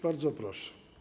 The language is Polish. Bardzo proszę.